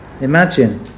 Imagine